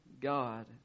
God